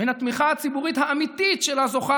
בין התמיכה הציבורית האמיתית שלה זוכה